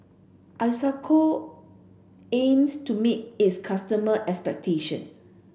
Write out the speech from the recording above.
Isocal aims to meet its customer expectation